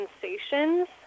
sensations